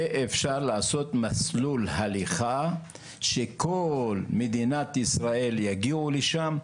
ואפשר לעשות מסלול הליכה שכל מדינת ישראל יגיעו לשם,